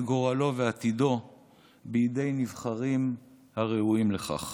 גורלו ועתידו בידי נבחרים הראויים לכך,